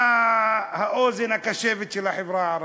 מה האוזן הקשבת של החברה הערבית?